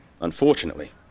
Unfortunately